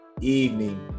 evening